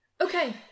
Okay